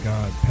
God